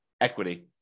equity